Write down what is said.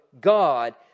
God